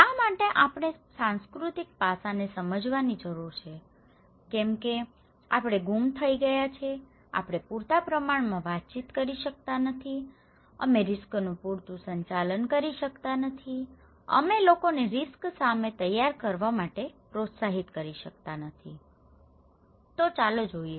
શા માટે આપણે સાંસ્કૃતિક પાસાને સમજવાની જરૂર છે કેમ કે આપણે ગુમ થઈ ગયા છીએ આપણે પૂરતા પ્રમાણમાં વાતચીત કરી શકતા નથી અમે રીસ્કનું પૂરતું સંચાલન કરી શકતા નથી અમે લોકોને રીસ્ક સામે તૈયાર કરવા માટે પ્રોત્સાહિત કરી શકતા નથી ચાલો જોઈએ